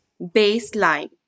baseline